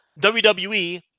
WWE